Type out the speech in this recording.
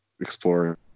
explore